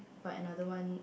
but another one